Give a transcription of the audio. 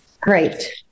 Great